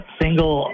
single